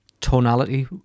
tonality